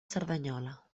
cerdanyola